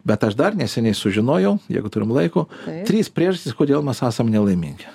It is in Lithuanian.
bet aš dar neseniai sužinojau jeigu turim laiko trys priežastys kodėl mes esam nelaimingi